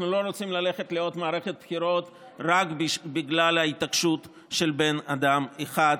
אנחנו לא רוצים ללכת לעוד מערכת בחירות רק בגלל ההתעקשות של בן אדם אחד,